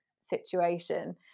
situation